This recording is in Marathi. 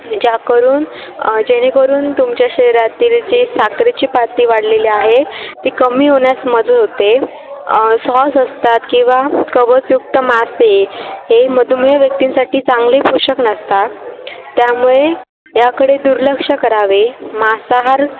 ज्याकरून जेणेकरून तुमच्या शरीरातील जे साखरेची पातळी वाढलेली आहे ते कमी होण्यास मदत होते सॉस असतात किंवा कवचयुक्त मासे हे मधुमेह व्यक्तींसाठी चांगले पोषक नसतात त्यामुळे याकडे दुर्लक्ष करावे मांसाहार